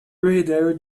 reader